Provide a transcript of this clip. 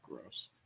Gross